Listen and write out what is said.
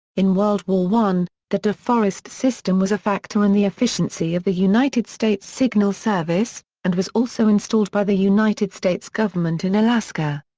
in world war i, the de forest system was a factor in the efficiency of the united states signal service, and was also installed by the united states government in alaska.